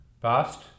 past